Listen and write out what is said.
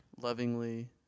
Lovingly